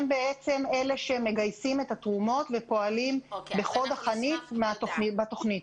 הם שמגייסים את התרומות ופועלים בחוד החנית בתוכנית,